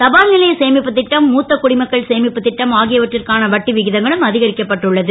தபால் லைய சேமிப்புத் ட்டம் மூத்த குடிமக்கள் சேமிப்புத் ட்டம் ஆகியவற்றிற்கான வட்டி விகிதங்களும் அ கரிக்கப்பட்டு உள்ளது